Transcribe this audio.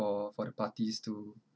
for for the parties to